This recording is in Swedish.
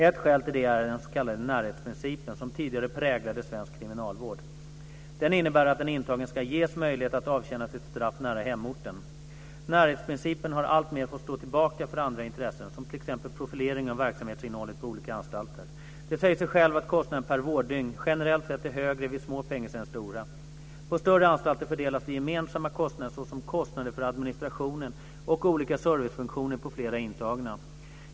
Ett skäl till det är den s.k. närhetsprincipen som tidigare präglade svensk kriminalvård. Den innebär att en intagen ska ges möjlighet att avtjäna sitt straff nära hemorten. Närhetsprincipen har alltmer fått stå tillbaka för andra intressen som t.ex. profilering av verksamhetsinnehållet på olika anstalter. Det säger sig självt att kostnaden per vårddygn generellt sett är högre vid små fängelser än stora. På större anstalter fördelas de gemensamma kostnaderna såsom kostnader för administration och olika servicefunktioner på flera intagna.